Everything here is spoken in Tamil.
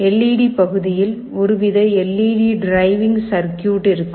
எல்இடி பகுதியில் ஒருவித எல்இடி டிரைவிங் சர்க்யூட் இருக்கும்